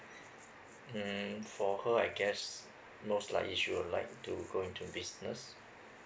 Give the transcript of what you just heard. mm for her I guess most likely she would like to go into business